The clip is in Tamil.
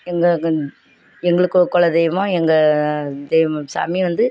எங்கள் எங்களுக்கு கொ குலதெய்வம் எங்கள் தெய்வம் சாமி வந்து